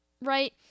Right